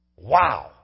Wow